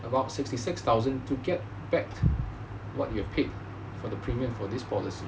about sixty six thousand to get back what you paid for the premium for this policy